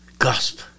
Gasp